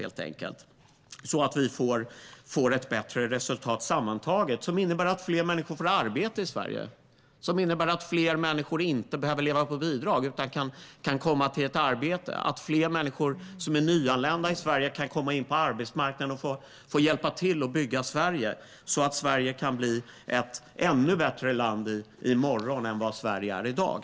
På så sätt får vi sammantaget ett bättre resultat som innebär att fler människor får arbete i Sverige, att fler människor slipper leva på bidrag och att fler nyanlända kan komma in på arbetsmarknaden och få hjälpa till att bygga Sverige så att det kan bli ett ännu bättre land i morgon än vad det är i dag.